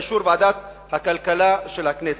באישור ועדת הכלכלה של הכנסת,